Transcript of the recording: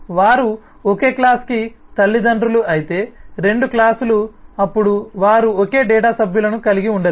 వారు ఒకేక్లాస్ కి తల్లిదండ్రులు అయితే 2 క్లాస్ లు అప్పుడు వారు ఒకే డేటా సభ్యులను కలిగి ఉండలేరు